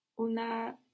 Una